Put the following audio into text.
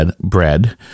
bread